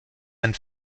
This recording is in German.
ein